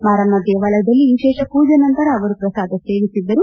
ಮಾರಮ್ಮ ದೇವಾಲಯದಲ್ಲಿ ವಿಶೇಷ ಮೂಜೆ ನಂತರ ಅವರು ಪ್ರಸಾದ ಸೇವಿಸದ್ದರು